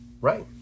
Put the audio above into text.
Right